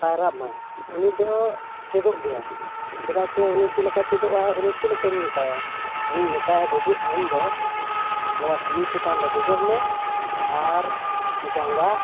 ᱯᱟᱭᱨᱟᱢᱟᱭ ᱩᱱᱤ ᱫᱚ ᱪᱮᱫᱚᱜ ᱜᱮᱭᱟᱭ ᱪᱮᱫᱟᱜ ᱪᱮ ᱩᱱᱤ ᱪᱮᱫ ᱞᱮᱠᱟ ᱪᱮᱫᱚᱜ ᱟᱭ ᱩᱱᱤ ᱪᱮᱫ ᱞᱮᱠᱟᱹᱧ ᱢᱮᱛᱟᱭᱟ ᱩᱱᱤᱧ ᱢᱮᱛᱟᱭᱟ ᱵᱟᱹᱵᱩ ᱟᱢ ᱫᱚ ᱱᱚᱣᱟ ᱴᱤᱭᱩ ᱪᱮᱛᱟᱱ ᱨᱮ ᱫᱮᱡᱚᱜ ᱢᱮ ᱟᱨ ᱡᱟᱸᱜᱟ